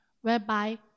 whereby